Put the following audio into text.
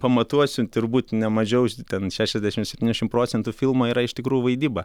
pamatuosiu turbūt nemažiau ten šešiasdešimt septyniasdešimt procentų filmo yra iš tikrųjų vaidyba